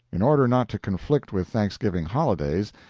in order not to conflict with thanksgiving holidays,